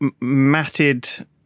matted